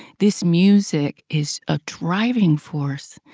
this music is a driving force.